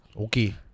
okay